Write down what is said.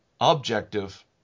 objective